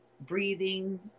breathing